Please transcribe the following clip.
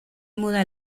muda